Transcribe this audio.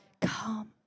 come